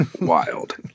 wild